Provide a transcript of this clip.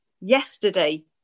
yesterday